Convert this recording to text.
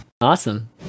awesome